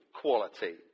quality